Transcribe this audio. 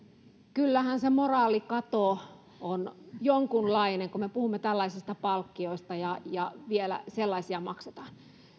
kyllähän se moraalikato on jonkunlainen kun me puhumme tällaisista palkkioista ja ja vielä sellaisia maksetaan